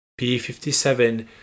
P57